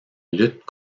lutte